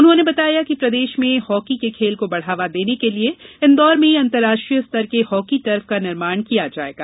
उन्होंने बताया कि प्रदेष में हाकी के खेल को बढ़ावा देने के लिए इंदौर में अंतरराष्ट्रीय स्तर के हॉकी टर्फ का निर्माण किया जाएगा